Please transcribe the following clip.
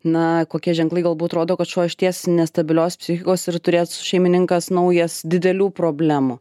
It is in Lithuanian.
na kokie ženklai galbūt rodo kad šuo išties nestabilios psichikos ir turės šeimininkas naujas didelių problemų